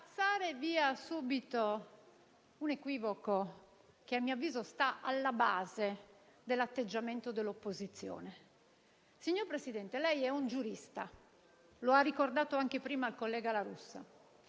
spazzare via subito un equivoco che, a mio avviso, sta alla base dell'atteggiamento dell'opposizione. Signor Presidente del Consiglio, lei è un giurista, come ha ricordato anche prima il collega La Russa.